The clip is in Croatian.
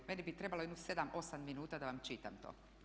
Meni bi trebalo jedno 7, 8 minuta da vam čitam to.